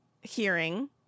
hearing